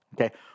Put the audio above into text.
okay